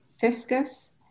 Fiscus